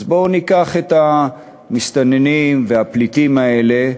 אז בואו ניקח את המסתננים והפליטים האלה,